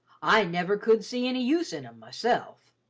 i never could see any use in em myself.